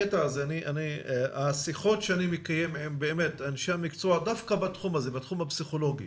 השיחות שאני מקיים עם אנשי המקצוע בתחום הפסיכולוגי,